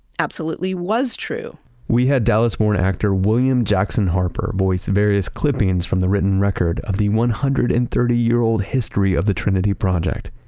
absolutely was true we had dallas-born actor, william jackson harper, voice various clippings from the written record of the one hundred and thirty year old history of the trinity project.